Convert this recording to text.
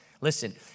Listen